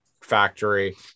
factory